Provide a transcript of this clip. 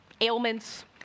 ailments